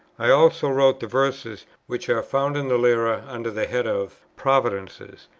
i also wrote the verses, which are found in the lyra under the head of providences,